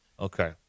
Okay